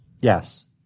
Yes